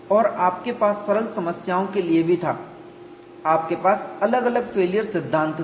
और आपके पास सरल समस्याओं के लिए भी था आपके पास अलग अलग फेलियर सिद्धांत थे